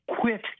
quit